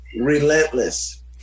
relentless